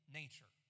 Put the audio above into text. nature